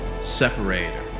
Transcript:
separator